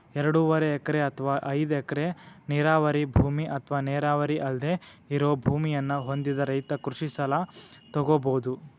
ಎರಡೂವರೆ ಎಕರೆ ಅತ್ವಾ ಐದ್ ಎಕರೆ ನೇರಾವರಿ ಭೂಮಿ ಅತ್ವಾ ನೇರಾವರಿ ಅಲ್ದೆ ಇರೋ ಭೂಮಿಯನ್ನ ಹೊಂದಿದ ರೈತ ಕೃಷಿ ಸಲ ತೊಗೋಬೋದು